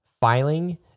filing